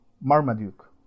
Marmaduke